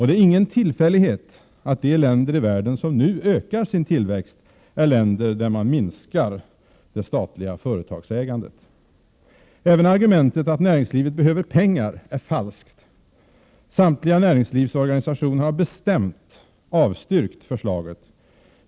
Det är ingen tillfällighet att de länder i världen som nu ökar sin tillväxt är länder där man minskar det statliga företagsägandet. Även argumentet att näringslivet behöver pengar är falskt. Näringslivets samtliga organisationer har bestämt avstyrkt förslaget.